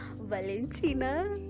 valentina